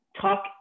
talk